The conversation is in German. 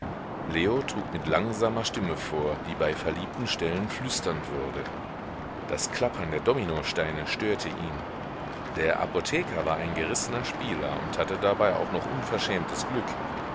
leo trug mit langsamer stimme vor die bei verliebten stellen flüsternd wurde das klappern der dominosteine störte ihn der apotheker war ein gerissener spieler und hatte dabei auch noch unverschämtes glück